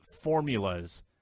formulas